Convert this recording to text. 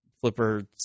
flipper